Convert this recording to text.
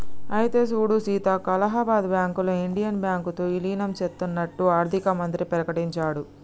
అయితే సూడు సీతక్క అలహాబాద్ బ్యాంకులో ఇండియన్ బ్యాంకు తో ఇలీనం సేత్తన్నట్టు ఆర్థిక మంత్రి ప్రకటించాడు